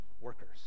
workers